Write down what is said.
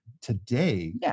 today